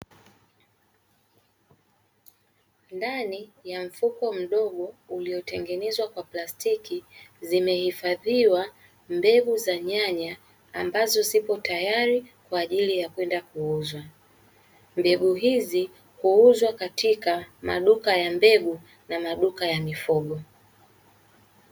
Ndani ya mfuko mdogo uliotengenezwa kwa plastiki zimehifadhiwa mbegu za nyanya ambazo zipo tayari kwa ajili ya kwenda kuuzwa. Mbegu hizi huuzwa katika maduka ya mbegu na maduka ya mifugo.